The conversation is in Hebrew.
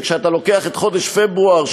אתה לוקח את חודש פברואר,